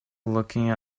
looking